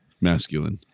masculine